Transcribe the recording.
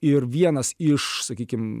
ir vienas iš sakykim